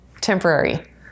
temporary